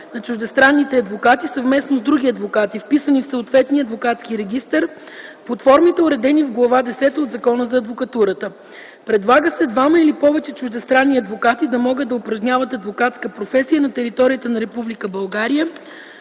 на чуждестранните адвокати, съвместно с други адвокати, вписани в съответния адвокатски регистър, под формите, уредени в Глава десета от Закона за адвокатурата. Предлага се двама или повече чуждестранни адвокати да могат да упражняват адвокатска професия на територията на